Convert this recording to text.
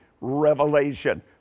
revelation